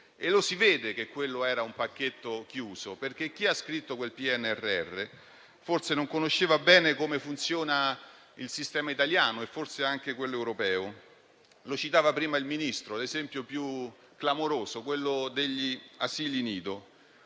Lo si vede che quello era un pacchetto chiuso, perché chi ha scritto quel PNRR forse non conosceva bene come funziona il sistema italiano e forse anche quello europeo. Prima il Ministro ha citato forse l'esempio più clamoroso, quello degli asili nido,